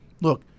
Look